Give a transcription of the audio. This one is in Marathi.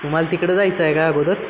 तुम्हाला तिकडं जायचं आहे का अगोदर